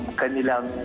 kanilang